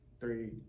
three